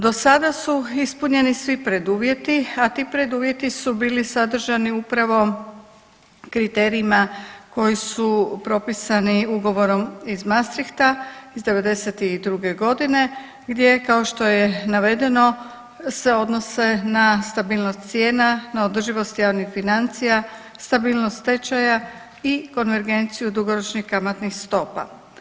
Do sada su ispunjeni svi preduvjeti, a ti preduvjeti su bili sadržani upravo kriterijima koji su propisani Ugovorom iz Maastrichta iz '92. g., gdje je kao što je navedeno, se odnose na stabilnost cijena, na održivost javnih financija, stabilnost tečaja i konvergenciju dugoročnih kamatnih stopa.